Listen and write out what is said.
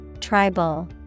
Tribal